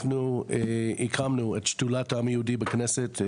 אנחנו הקמנו את שדולת העם היהודי בכנסת.